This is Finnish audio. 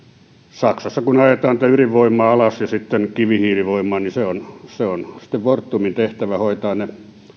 saksassa kun ajetaan ydinvoimaa alas ja käytetään kivihiilivoimaa niin se on se on sitten fortumin tehtävä hoitaa ne